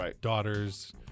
daughters